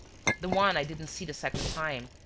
the one i didn't see the second time.